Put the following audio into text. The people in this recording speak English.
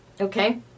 okay